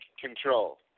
control